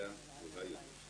גביה גדולה יותר,